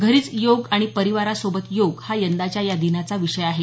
घरीच योग आणि परिवारासोबत योग हा यंदाच्या या दिनाचा विषय आहे